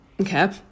okay